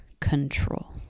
control